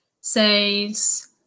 says